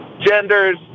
genders